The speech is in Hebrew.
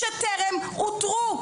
שטרם אותרו.